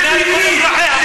אז